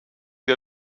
der